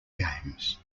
games